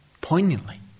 poignantly